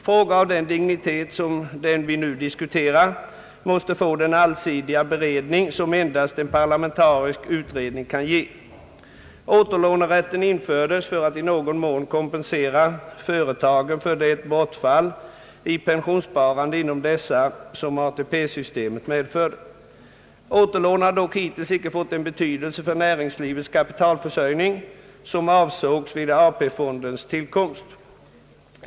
Frågor av den dignitet som den vi nu diskuterar måste få den allsidiga beredning som endast en parlamentarisk utredning kan ge. Återlånerätten infördes för att i någon mån kompensera företagen för det bortfall i pensionssparandet inom dessa som ATP-systemet medförde. Åter lånen har dock hittills icke fått den betydelse för näringslivets kapitalförsörjning som avsågs vid AP-fondernas tillkomst.